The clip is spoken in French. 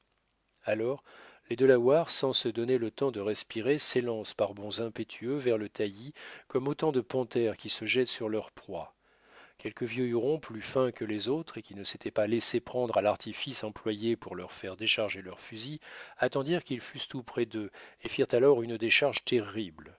alors les delawares sans se donner le temps de respirer s'élancent par bonds impétueux vers le taillis comme autant de panthères qui se jettent sur leur proie quelques vieux hurons plus fins que les autres et qui ne s'étaient pas laissé prendre à l'artifice employé pour leur faire décharger leurs fusils attendirent qu'ils fussent tout près d'eux et firent alors une décharge